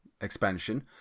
expansion